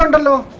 um below